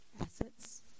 assets